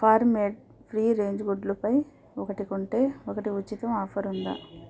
form made free range గుడ్లుపై ఒకటి కొంటే ఒకటి ఉచితం ఆఫర్ ఉందా